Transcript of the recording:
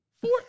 Four